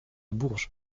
bourges